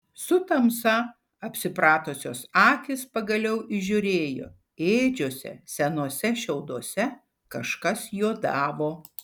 su tamsa apsipratusios akys pagaliau įžiūrėjo ėdžiose senuose šiauduose kažkas juodavo